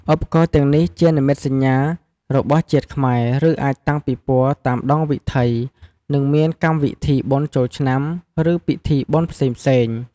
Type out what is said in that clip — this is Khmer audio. ឧបករណ៍ទាំងនេះជានិមិត្តសញ្ញារបស់ជាតិខ្មែរឬអាចតាំងពិព័រតាមដងវិធីនិងមានកម្មវិធីបុណ្យចូលឆ្នាំនិងពិធីបុណ្យផ្សេងៗ។